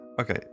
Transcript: okay